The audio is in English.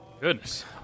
Goodness